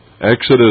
Exodus